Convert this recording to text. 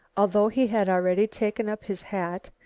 although he had already taken up his hat,